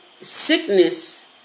sickness